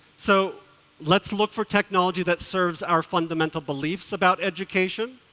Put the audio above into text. so let's look for technology that serves our fundamental beliefs about education,